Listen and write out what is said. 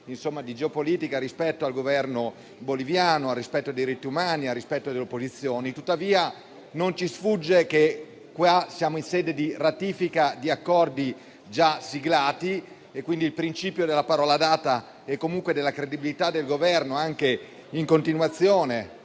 di geopolitica rispetto al Governo boliviano, al rispetto dei diritti umani, al rispetto delle opposizioni. Tuttavia, non ci sfugge che siamo in sede di ratifica di accordi già siglati e, quindi, il principio della parola data e comunque della credibilità del Governo, anche in continuazione